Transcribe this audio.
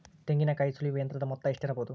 ತೆಂಗಿನಕಾಯಿ ಸುಲಿಯುವ ಯಂತ್ರದ ಮೊತ್ತ ಎಷ್ಟಿರಬಹುದು?